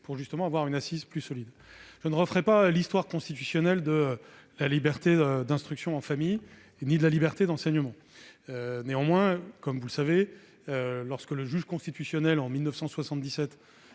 de disposer d'une assise plus solide. Je ne referai l'histoire constitutionnelle ni de la liberté d'instruction en famille ni de la liberté d'enseignement. Néanmoins, comme vous le savez, lorsqu'en 1977 le juge constitutionnel a